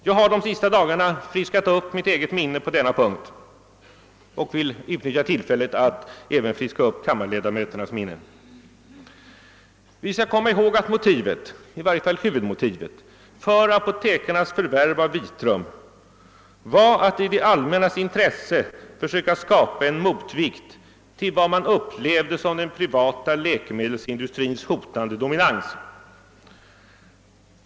Jag har de senaste dagarna friskat upp mitt eget minne på denna punkt och vill utnyttja tillfället att även friska upp kammarledamöternas minne. Vi skall komma ihåg att motivet — i varje fall huvudmotivet — för apotekarnas förvärv av Vitrum var att i det allmännas intresse försöka skapa en motvikt till vad man upplevde som den privata läkemedelsindustrins hotande dominans.